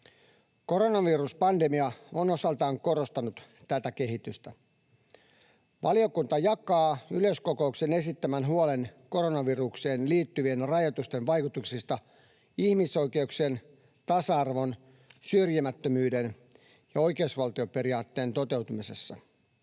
Koronaviruspandemia on osaltaan korostanut tätä kehitystä. Valiokunta jakaa yleiskokouksen esittämän huolen koronavirukseen liittyvien rajoitusten vaikutuksista ihmisoikeuksien, tasa-arvon, syrjimättömyyden ja oikeusvaltioperiaatteen toteutumisessa.